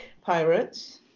Pirates